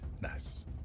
Nice